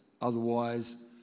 otherwise